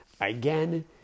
again